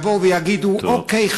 יבואו ויגידו: אוקיי,